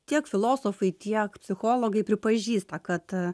tiek filosofai tiek psichologai pripažįsta kad